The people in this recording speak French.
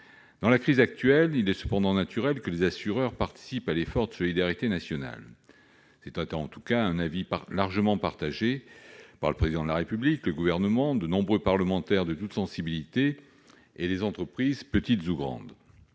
Dans la crise actuelle, il est cependant naturel que les assureurs participent à l'effort de solidarité nationale. C'est en tout cas un avis largement partagé par le Président de la République, le Gouvernement, de nombreux parlementaires de toutes sensibilités et les entreprises, petites ou grandes.